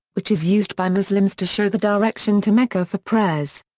which is used by muslims to show the direction to mecca for prayers.